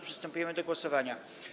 Przystępujemy do głosowania.